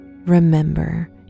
Remember